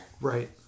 right